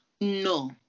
No